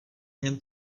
něm